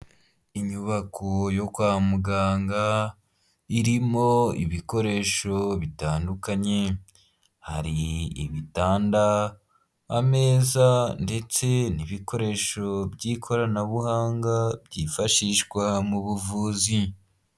Inyubako yo kwa muganga irimo ibikoresho bitandukanye hari ibitanda, ameza ndetse n'ibikoresho by'ikoranabuhanga byifashishwa mu buvuzi.